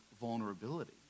vulnerability